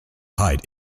hide